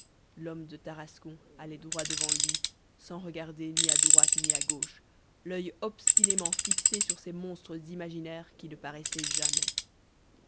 l'homme de tarascon allait droit devant lui sans regarder ni à droite ni à gauche i'oeil obstinément fixé sur ces monstres imaginaires qui ne paraissaient jamais